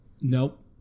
Nope